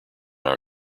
our